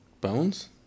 bones